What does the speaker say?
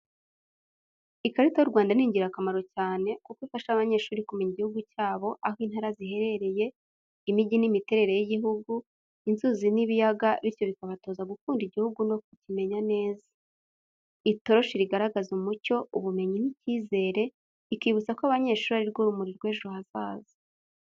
Ikarita y’u Rwanda ni ingirakamaro cyane kuko ifasha abanyeshuri kumenya igihugu cyabo, aho intara ziherereye, imijyi n’imiterere y’igihugu, inzuzi n'ibiyaga bityo bikabatoza gukunda igihugu no kukimenya neza. Itoroshi rigaragaza umucyo, ubumenyi n’icyizere, ikibutsa ko abanyeshuri ko ari rwo rumuri rw'ejo hazaza.